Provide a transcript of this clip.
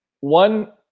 one